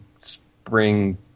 spring